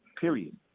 period